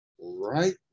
right